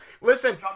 Listen